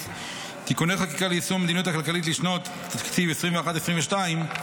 (תיקוני חקיקה ליישום המדיניות הכלכלית לשנות התקציב 2021 ו-2022),